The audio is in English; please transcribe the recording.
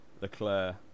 Leclerc